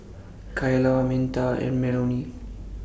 Kayla Minta and Melonie